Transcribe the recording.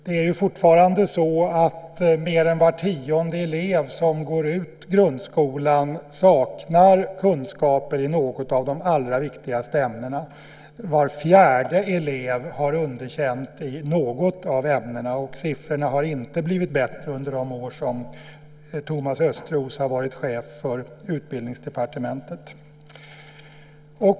Det är fortfarande så att mer än var tionde elev som går ut grundskolan saknar kunskaper i något av de allra viktigaste ämnena, var fjärde elev har underkänt i något av ämnena, och siffrorna har inte blivit bättre under de år som Thomas Östros har varit chef för Utbildningsdepartementet.